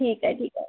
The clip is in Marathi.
ठीक आहे ठीक आहे